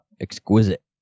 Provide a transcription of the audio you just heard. Exquisite